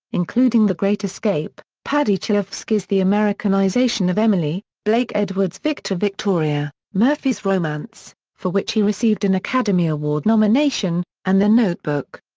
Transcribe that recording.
including the great escape, paddy chayefsky's the americanization of emily, blake edwards' victor victoria, murphy's romance, for which he received an academy award nomination, and the notebook.